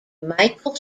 michael